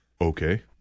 Okay